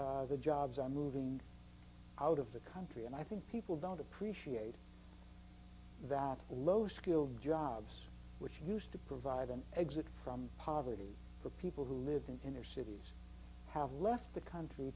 the jobs are moving out of the country and i think people don't appreciate that low skilled jobs which used to provide an exit from poverty for people who lived in inner cities have left the country